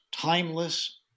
timeless